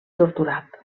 torturat